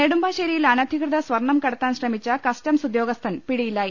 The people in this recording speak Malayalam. നെടുമ്പാശ്ശേരിയിൽ അനധികൃത സ്വർണം കടത്താൻ ശ്രമിച്ച കസ്റ്റംസ് ഉദ്യോഗസ്ഥൻ പിടിയിലായി